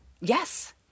Yes